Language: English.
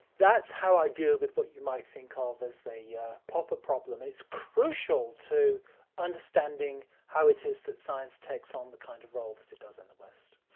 that's how i deal with what you might think ah of as the yeah popper problem. it's crucial to understanding how it is that science takes on the kind of roles that it does in the west.